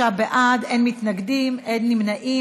83 בעד, אין מתנגדים, אין נמנעים.